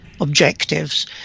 objectives